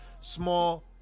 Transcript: small